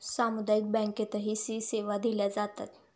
सामुदायिक बँकेतही सी सेवा दिल्या जातात